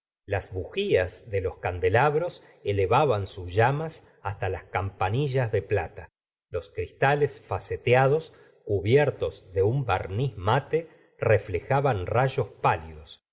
las bujías de los candelabros elevaban sus llamas hasta las campanillas de plata los cristales faceteados cubiertos de un barniz mate reflejaban rayos pálidos